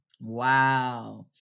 Wow